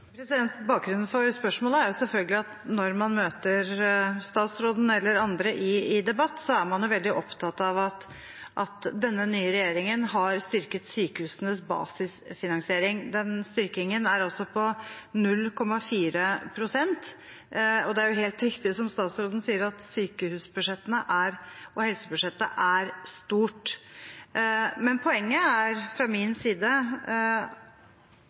Bakgrunnen for spørsmålet er selvfølgelig at når man møter statsråden eller andre i debatt, er man veldig opptatt av at denne nye regjeringen har styrket sykehusenes basisfinansiering. Den styrkingen er altså på 0,4 pst. Det er helt riktig, som statsråden sier, at sykehus- og helsebudsjettet er stort. Poenget fra min side